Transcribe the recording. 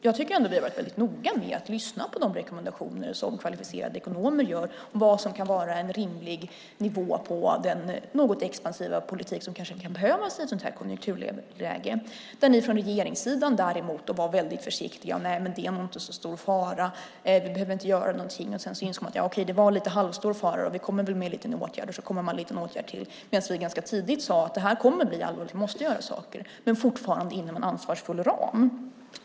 Jag tycker att vi har varit väldigt noga med att lyssna på de rekommendationer som kvalificerade ekonomer gör när det gäller vad som kan vara en rimlig nivå på den något expansiva politik som kanske kan behövas i ett sådant här konjunkturläge. Från regeringssidan var ni väldigt försiktiga och sade: Det är nog inte så stor fara. Vi behöver inte göra någonting. Sedan insåg man att det var lite halvstor fara: Vi kommer väl med en liten åtgärd. Sedan kommer man med en liten åtgärd till medan vi tidigt sade att detta kommer att bli allvarligt och att vi måste göra saker, men fortfarande inom en ansvarsfull ram.